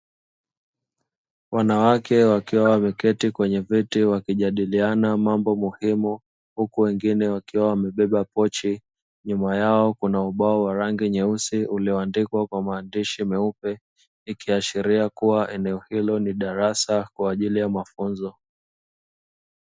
Wanawake wakiwa wameketi kwenye viti wakijadiliana mambo muhimu, huku wengine wakiwa wamebeba pochi, nyuma yao kuna ubao wa rangi nyeusi ulioandikwa kwa maandishi meupe, ikiashiria kuwa eneo hilo ni darasa kwa ajili ya mafunzo.